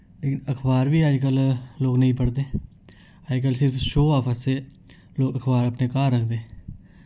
लेकिन अखबार वि अजकल लोक नेईं पढ़दे अजकल सिर्फ शोआफ आस्तै लोक अखबार अपने घर रखदे